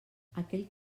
aquell